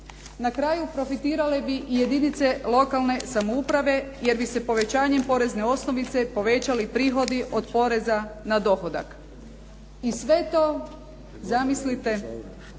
Na kraju, profitirale bi i jedinice lokalne samouprave jer bi se povećanjem porezne osnovice povećali prihodi od poreza na dohodak. I sve to, zamislite,